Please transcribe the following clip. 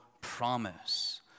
promise